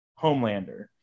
Homelander